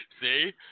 See